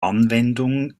anwendung